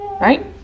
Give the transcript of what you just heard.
Right